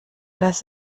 dass